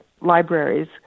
libraries